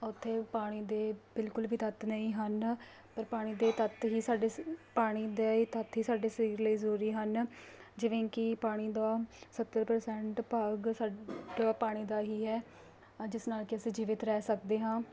ਉੱਥੇ ਪਾਣੀ ਦੇ ਬਿਲਕੁਲ ਵੀ ਤੱਤ ਨਹੀਂ ਹਨ ਪਰ ਪਾਣੀ ਦੇ ਤੱਤ ਹੀ ਸਾਡੇ ਸ ਪਾਣੀ ਦੇ ਤੱਤ ਹੀ ਸਾਡੇ ਸਰੀਰ ਲਈ ਜ਼ਰੂਰੀ ਹਨ ਜਿਵੇਂ ਕਿ ਪਾਣੀ ਦਾ ਸੱਤਰ ਪ੍ਰਸੈਂਟ ਭਾਗ ਸਾਡਾ ਪਾਣੀ ਦਾ ਹੀ ਹੈ ਜਿਸ ਨਾਲ ਕਿ ਅਸੀਂ ਜੀਵਿਤ ਰਹਿ ਸਕਦੇ ਹਾਂ